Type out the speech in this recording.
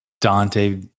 Dante